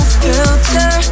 filter